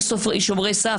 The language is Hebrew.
יש שומרי סף,